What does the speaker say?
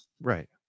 Right